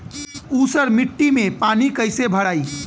ऊसर मिट्टी में पानी कईसे भराई?